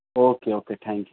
okay okay thank you